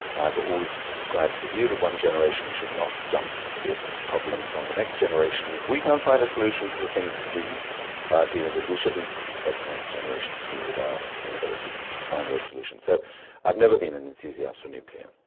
i've always subscribed to the view that one generation should not dump its problems on the next generation. if we can't find a solution to the things that we are dealing with, we shouldn't expect the next generation to deal with our inability to find those solutions. so i've never been an enthusiast for nuclear.